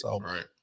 Right